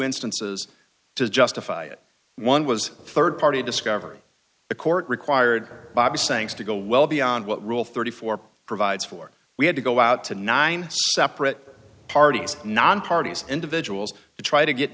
instances to justify it one was third party discovery the court required bobbie sayings to go well beyond what rule thirty four provides for we had to go out to nine separate parties non parties individuals to try to get